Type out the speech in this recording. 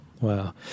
Wow